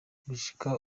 gushika